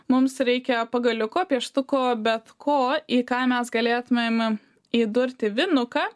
mums reikia pagaliuko pieštuko bet ko į ką mes galėtumėm įdurti vinuką